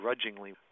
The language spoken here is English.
grudgingly